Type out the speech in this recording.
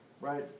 right